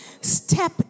Step